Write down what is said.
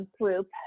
group